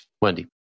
Wendy